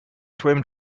swim